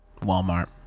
Walmart